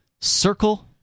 circle